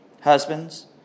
Husbands